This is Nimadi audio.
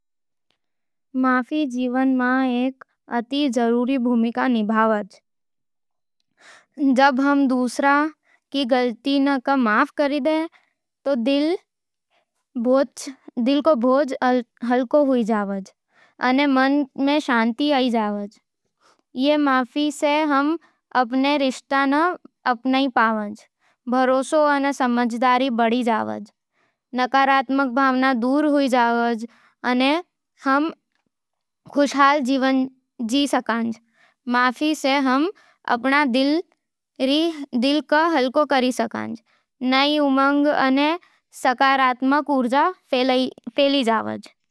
माफी जीवन में एक अति जरूरी भूमिका निभावै है। जिब हम दूसरां की गलतियां माफ कर दे, तो दिल रो बोझ हलको हो जावे है अने मन में शांति है जावज। ई माफी सै हम अपन रिश्तां में अपनापन, भरोसो अने समझदारी बड़ी जवाज़। नकारात्मक भावना दूर हो जावै है, अने हम खुशहाल जीवन जी सकै है। माफी सै हम अपन दिल रो हलका कर, नए उमंग अने सकारात्मक ऊर्जा फैलावै है|